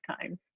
times